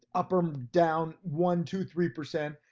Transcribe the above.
up or down, one, two, three percent.